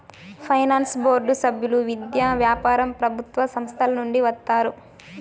finance board సభ్యులు విద్య, వ్యాపారం ప్రభుత్వ సంస్థల నుండి వస్తారు